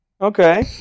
Okay